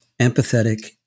empathetic